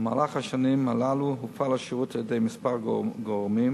במהלך השנים הללו הופעל השירות על-ידי כמה גורמים,